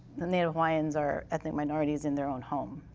native hawaiians are ethnic minorities in their own home.